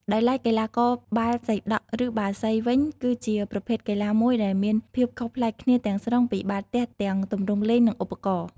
ដោយឡែក កីឡាបាល់សីដក់ ឬបាល់សីវិញ គឺជាប្រភេទកីឡាមួយដែលមានភាពខុសប្លែកគ្នាទាំងស្រុងពីបាល់ទះទាំងទម្រង់លេងនិងឧបករណ៍។